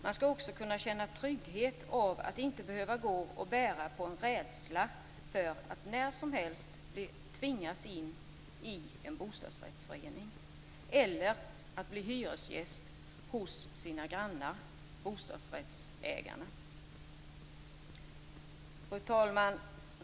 De skall också kunna tryggheten av inte behöva bära på en rädsla för att när som helst tvingas in i en bostadsrättsförening eller att bli hyresgäst hos sina grannar, dvs. bostadsrättsägarna. Fru talman!